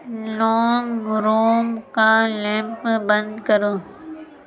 لونگ room کا lamp بند کرو